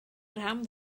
rhan